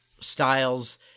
Styles